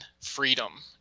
freedom